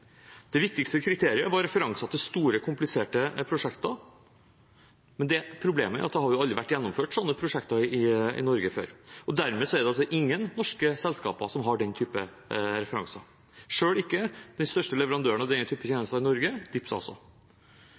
Det viktigste kriteriet var referanser til store kompliserte prosjekter, men problemet er at det aldri har vært gjennomført sånne prosjekter i Norge før. Dermed er det ingen norske selskaper som har den typen referanser, selv ikke den største leverandøren av denne typen tjenester i Norge, DIPS